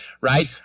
right